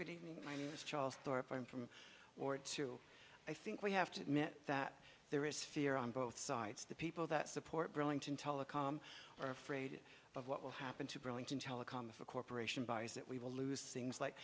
good evening my name is charles thorp i'm from or two i think we have to admit that there is fear on both sides the people that support burlington telecom are afraid of what will happen to brilliance in telecom if a corporation buys that we will lose things like